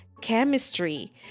chemistry